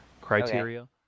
criteria